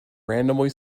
randomly